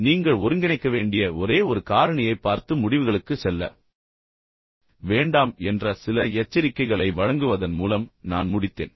இறுதியில் நீங்கள் ஒருங்கிணைக்க வேண்டிய ஒரே ஒரு காரணியைப் பார்த்து முடிவுகளுக்குச் செல்ல வேண்டாம் என்று கூறி உங்களுக்கு சில எச்சரிக்கைகளை வழங்குவதன் மூலம் நான் முடித்தேன்